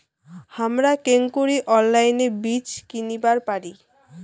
হামরা কেঙকরি অনলাইনে বীজ কিনিবার পারি?